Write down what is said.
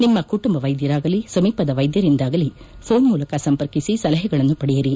ನಿಮ್ನ ಕುಟುಂಬ ವೈದ್ಯರಾಗಲಿ ಸಮೀಪದ ವೈದ್ಯರಿಂದಾಗಲಿ ಪೋನ್ ಮೂಲಕ ಸಂಪರ್ಕಿಸಿ ಸಲಹೆಗಳನ್ನು ಪಡೆಯಿರಿ